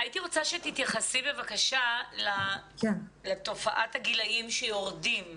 הייתי רוצה שתתייחסי בבקשה לתופעת הגילאים שיורדים.